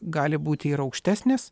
gali būti ir aukštesnės